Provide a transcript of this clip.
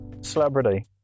celebrity